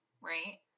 right